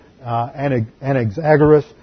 Anaxagoras